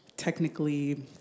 technically